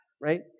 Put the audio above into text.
right